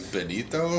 Benito